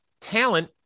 Talent